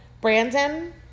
Brandon